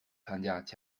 参加